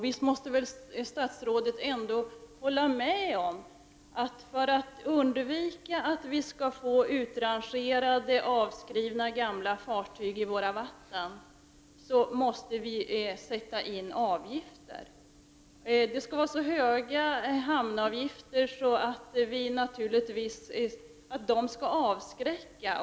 Visst måste väl statsrådet ändå hålla med om att vi i Sverige, för att undvika att få utrangerade och avskrivna gamla fartyg i våra vatten, måste införa avgifter. Hamnavgifterna skall vara så höga att de avskräcker.